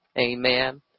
Amen